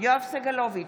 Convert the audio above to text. יואב סגלוביץ'